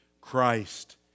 Christ